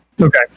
Okay